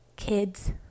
Kids